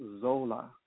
Zola